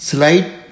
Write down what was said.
Slide